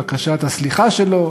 בקשת הסליחה שלו.